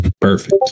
Perfect